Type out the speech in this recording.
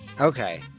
okay